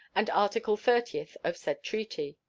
and article thirtieth of said treaty.